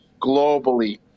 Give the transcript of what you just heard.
globally